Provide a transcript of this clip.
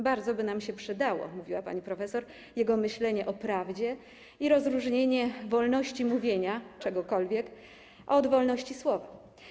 Bardzo by nam się przydało, mówiła pani profesor, jego myślenie o prawdzie i rozróżnienie wolności mówienia czegokolwiek od wolności słowa.